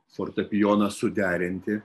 fortepijoną suderinti